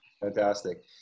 Fantastic